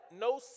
no